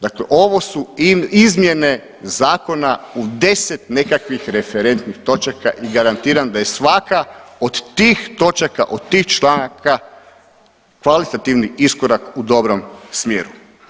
Dakle, ovo su izmjene zakona u deset nekakvih referentnih točaka i garantiram da je svaka od tih točaka, od tih članaka kvalitativni iskorak u dobrom smjeru.